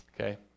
Okay